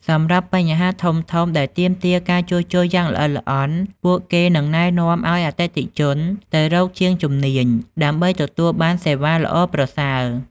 សម្រាប់បញ្ហាធំៗដែលទាមទារការជួសជុលយ៉ាងល្អិតល្អន់ ពួកគេនឹងណែនាំឱ្យអតិថិជនទៅរកជាងជំនាញដើម្បីទទួលបានសេវាល្អប្រសើរ។